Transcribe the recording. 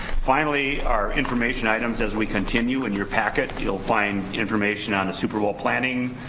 finally, our information items, as we continue in your packet, you'll find information on superbowl planning,